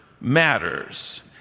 matters